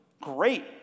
great